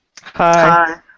Hi